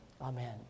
Amen